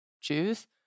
choose